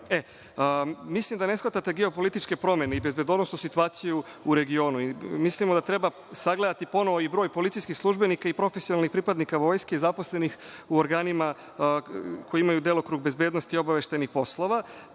da ne shvatate geopolitičke promene i bezbednosnu situaciju u regionu. Mislimo da treba sagledati ponovo i broj policijskih službenika i profesionalnih pripadnika vojske i zaposlenih u organima koji imaju delokrug bezbednosti obaveštajnih poslova,